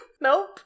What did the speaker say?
Nope